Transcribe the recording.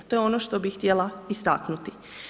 To je ono što bih htjela istaknuti.